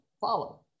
follow